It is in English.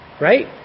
right